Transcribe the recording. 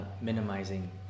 minimizing